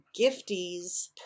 gifties